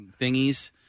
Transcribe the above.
thingies